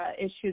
issues